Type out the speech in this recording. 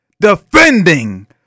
defending